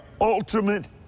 ultimate